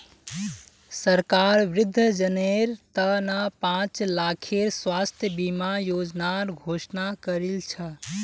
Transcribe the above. सरकार वृद्धजनेर त न पांच लाखेर स्वास्थ बीमा योजनार घोषणा करील छ